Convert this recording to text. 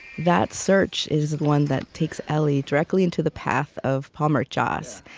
that search is one that takes ellie directly into the path of palmer joss,